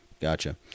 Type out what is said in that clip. gotcha